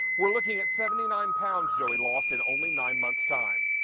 we're looking at seventy nine pounds joey lost in only nine months' time.